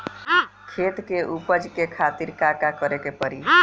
खेत के उपजाऊ के खातीर का का करेके परी?